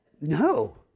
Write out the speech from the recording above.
no